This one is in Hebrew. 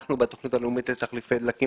אנחנו בתוכנית הלאומית לתחליפי דלקים